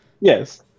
Yes